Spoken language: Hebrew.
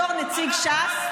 בתור נציג ש"ס,